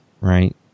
right